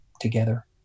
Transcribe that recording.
together